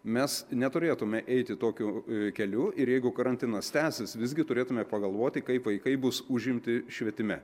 mes neturėtume eiti tokiu keliu ir jeigu karantinas tęsis visgi turėtume pagalvoti kaip vaikai bus užimti švietime